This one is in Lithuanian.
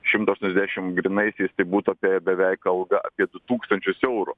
šimtą aštuoniasdešimt grynaisiais tai būtų apie beveik alga apie du tūkstančius eurų